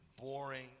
boring